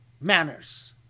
manners